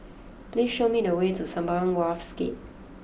please show me the way to Sembawang Wharves Gate